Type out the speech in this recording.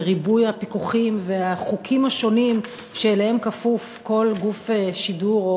וריבוי הפיקוחים והחוקים השונים שאליהם כפוף כל גוף שידור,